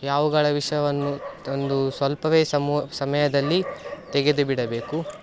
ಈ ಆವುಗಳ ವಿಷವನ್ನು ಒಂದು ಸ್ವಲ್ಪವೇ ಸಮು ಸಮಯದಲ್ಲಿ ತೆಗೆದುಬಿಡಬೇಕು